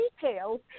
details